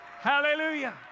Hallelujah